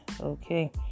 okay